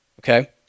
Okay